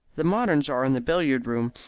the moderns are in the billiard-room.